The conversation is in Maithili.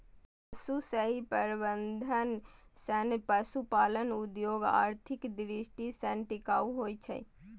पशुक सही प्रबंधन सं पशुपालन उद्योग आर्थिक दृष्टि सं टिकाऊ होइ छै